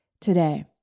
Today